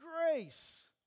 grace